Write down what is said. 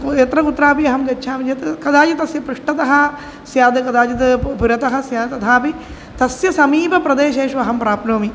कुत्र यत्र कुत्रापि अहं गच्छामि चेत् कदाचित् तस्य पृष्ठतः स्यात् कदाचित् पुरतः स्यात् तथापि तस्य समीपप्रदेशेषु अहं प्राप्नोमि